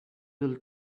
will